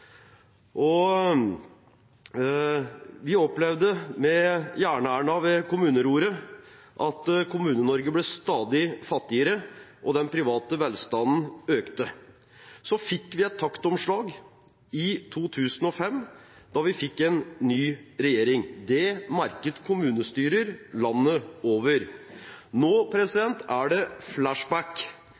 gangen. Vi opplevde med Jern-Erna ved kommuneroret at Kommune-Norge ble stadig fattigere, og den private velstanden økte. Så fikk vi et taktomslag i 2005 da vi fikk en ny regjering. Det merket kommunestyrer landet over. Nå er det